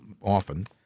often